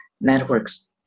networks